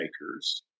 makers